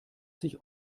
sich